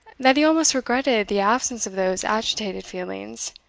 that he almost regretted the absence of those agitated feelings,